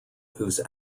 whose